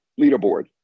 leaderboard